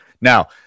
Now